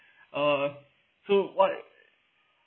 uh so what